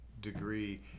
degree